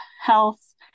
health